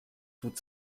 tut